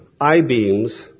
I-beams